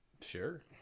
Sure